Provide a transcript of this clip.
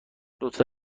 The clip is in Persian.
لطفا